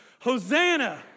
Hosanna